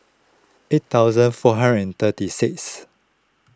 eight thousand four hundred and thirty sixth